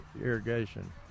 irrigation